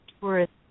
tourists